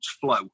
flow